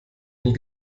nie